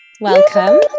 Welcome